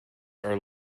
are